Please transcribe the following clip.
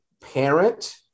parent